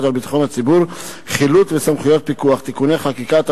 על ביטחון הציבור (חילוט וסמכויות פיקוח) (תיקוני חקיקה),